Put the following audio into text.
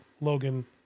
Logan